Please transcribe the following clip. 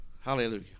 Hallelujah